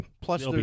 Plus